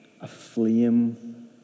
aflame